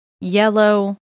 yellow